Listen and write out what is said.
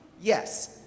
yes